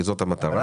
זאת המטרה.